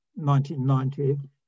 1990